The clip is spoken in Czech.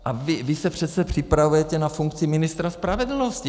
A vy se přece připravujete na funkci ministra spravedlnosti.